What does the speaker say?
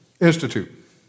Institute